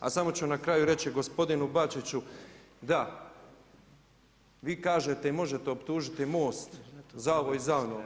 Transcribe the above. A samo su na kraju reći gospodinu Bačuću, da vi kažete i možete optužiti Most za ovo i za ono.